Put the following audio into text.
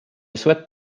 souhaite